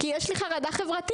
כי יש לי חרדה חברתית,